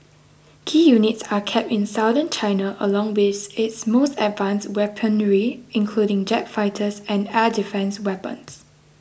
key units are kept in Southern China along with its most advanced weaponry including jet fighters and air defence weapons